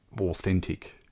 authentic